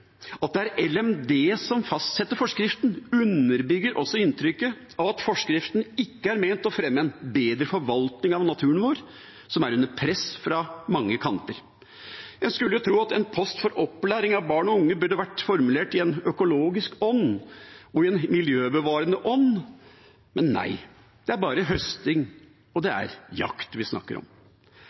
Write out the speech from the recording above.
At det er LMD som fastsetter forskriften, underbygger inntrykket av at forskriften ikke er ment å fremme en bedre forvaltning av naturen vår, som er under press fra mange kanter. En skulle tro at en post for opplæring av barn og unge burde vært formulert i en økologisk ånd og i en miljøbevarende ånd, men nei. Det er bare høsting, og det er jakt vi snakker om.